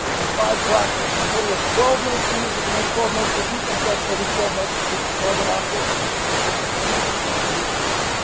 and five black notes, a total of twelve notes in music. and those twelve notes repeat themselves every twelve notes. it's what's called an octave, as we see on a piano keyboard of eighty eight keys.